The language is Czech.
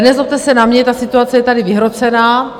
Nezlobte se na mě, ta situace je tady vyhrocená.